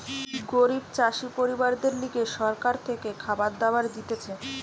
গরিব চাষি পরিবারদের লিগে সরকার থেকে খাবার দাবার দিতেছে